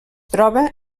troba